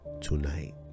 tonight